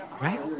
right